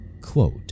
Quote